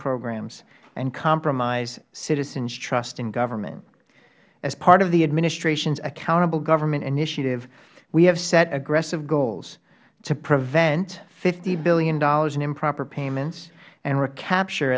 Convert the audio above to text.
programs and compromise citizen trust in government as part of the administration's accountable government initiative we have set aggressive goals to prevent fifty dollars billion in improper payments and recapture